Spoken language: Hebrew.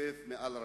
תתנופף מעל ראשיהם.